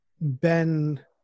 Ben